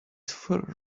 fur